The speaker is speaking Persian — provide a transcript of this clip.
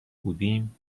بودیم